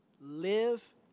live